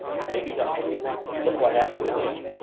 maybe not and look what happened to him!